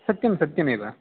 सत्यं सत्यमेव